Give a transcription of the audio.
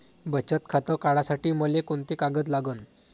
बचत खातं काढासाठी मले कोंते कागद लागन?